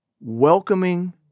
welcoming